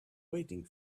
waiting